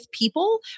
People